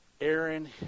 Aaron